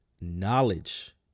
knowledge